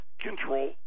Control